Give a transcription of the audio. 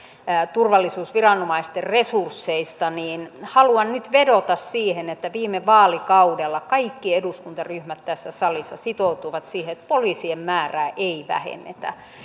turvallisuusviranomaisten resursseista haluan nyt vedota siihen että viime vaalikaudella kaikki eduskuntaryhmät tässä salissa sitoutuivat siihen että poliisien määrää ei vähennetä